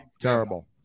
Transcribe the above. terrible